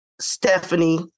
Stephanie